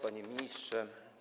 Panie Ministrze!